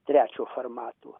trečio formato